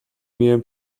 miałem